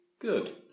good